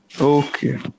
okay